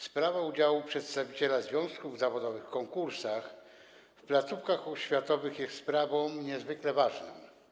Sprawa udziału przedstawiciela związków zawodowych w konkursach w placówkach oświatowych jest niezwykle ważna.